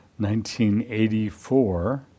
1984